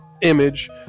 image